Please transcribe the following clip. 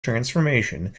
transformation